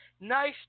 nice